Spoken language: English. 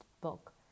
book